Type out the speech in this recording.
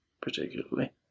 particularly